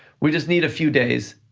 we just need a few days,